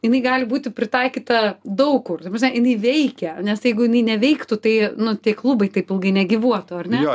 jinai gali būti pritaikyta daug kur ta prasme jinai veikia nes jeigu jinai neveiktų tai nu tie klubai taip ilgai negyvuotų ar ne